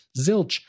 Zilch